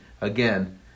again